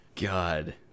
God